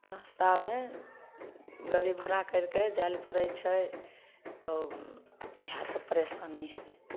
सस्तामे गड़ी भाड़ा करिके जाए लऽ पड़ैत छै तऽ ईहए सब परेशानी है